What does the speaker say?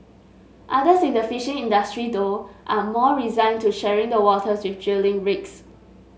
others in the fishing industry though are more resigned to sharing the waters with drilling rigs